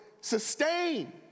Sustain